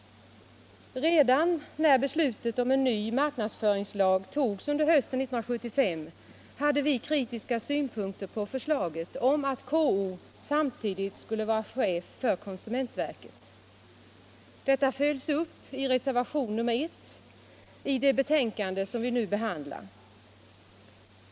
Redan när beslutet om en ny marknadsföringslag togs under hösten 1975 hade vi kritiska synpunkter på förslaget om att KO samtidigt skulle vara chef för konsumentverket. Detta följs upp i reservationen 1 i det betänkande vi nu behandlar.